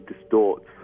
distorts